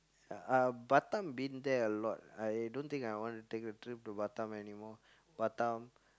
uh Batam been there a lot I don't think I want to take a trip to Batam anymore Batam